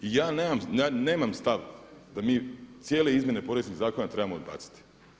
Ja nemam stav da mi cijele izmjene poreznih zakona trebamo odbaciti.